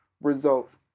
results